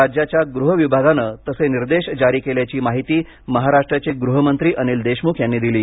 राज्याच्या गृह विभागानं तसे निर्देश जारी केल्याची माहिती महाराष्ट्राचे गृहमंत्री अनिल देशमुख यांनी दिली